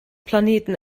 planeten